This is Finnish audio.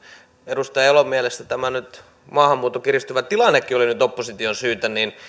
edustaja elon mielestä tämä maahanmuuton kiristyvä tilannekin oli nyt opposition syytä niin